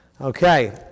Okay